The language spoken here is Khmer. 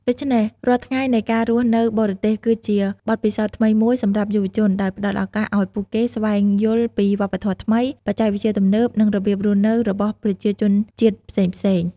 ដូច្នេះរាល់ថ្ងៃនៃការរស់នៅបរទេស គឺជាបទពិសោធន៍ថ្មីមួយសម្រាប់យុវជន ដោយផ្តល់ឱកាសឲ្យពួកគេស្វែងយល់ពីវប្បធម៌ថ្មី បច្ចេកវិទ្យាទំនើប និងរបៀបរស់នៅរបស់ប្រជាជនជាតិផ្សេងៗ